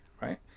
right